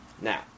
Now